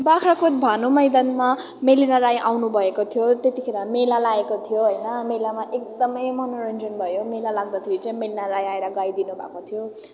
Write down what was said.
बाख्राकोट भानु मैदानमा मेलिना राई आउनुभएको थियो त्यतिखेर मेला लागेको थियो होइन मेलामा एकदमै मनोरञ्जन भयो मेला लाग्दाखेरि जम्मैले गाइदिनु भएको थियो